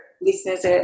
listeners